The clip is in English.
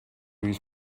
his